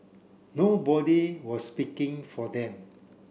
nobody was speaking for them